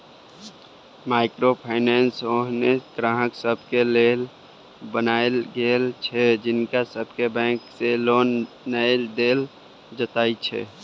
micro finance ओहेन ग्राहक सबके लेल बनायल गेल छै जिनका सबके बैंक से लोन नै देल जाइत छै